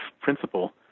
principle